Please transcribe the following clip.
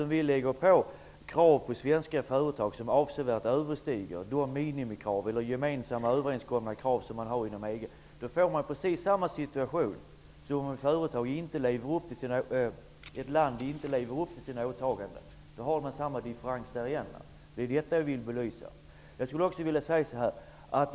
Om vi lägger krav på svenska företag som avsevärt överstiger de minimikrav eller gemensamt överenskomna krav som man har inom EG får vi precis samma situation som om ett land inte lever upp till sina åtaganden. Då uppstår samma differens. Det är detta faktum jag vill belysa.